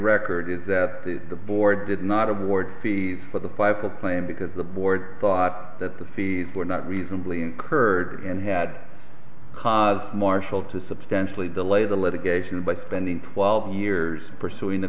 record is that the board did not award fees for the pipe a plane because the board thought that the fees were not reasonably incurred and had caused marshall to substantially delay the litigation by spending twelve years pursuing the